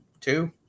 Two